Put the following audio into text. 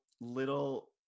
little